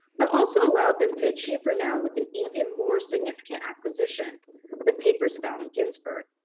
but also allowed them to achieve renown with an even more significant acquisition the papers of allen ginsberg.